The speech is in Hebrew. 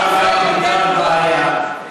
עכשיו גם בקליטה יש בעיה.